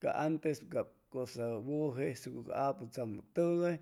ca antes cab cusa wuju jesucu ca aputsamu tugay.